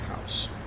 house